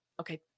okay